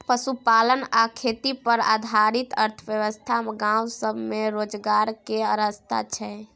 पशुपालन आ खेती पर आधारित अर्थव्यवस्था गाँव सब में रोजगार के रास्ता छइ